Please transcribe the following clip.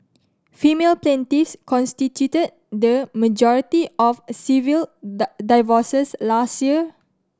female plaintiffs constituted the majority of civil divorces last year